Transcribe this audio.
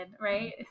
right